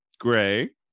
Gray